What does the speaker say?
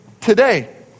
today